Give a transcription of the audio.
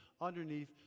underneath